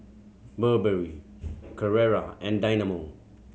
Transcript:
Burberry Carrera and Dynamo